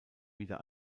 wieder